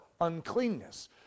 uncleanness